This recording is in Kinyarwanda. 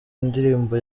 indirimbo